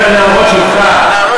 אל תדאג לנערות שלי.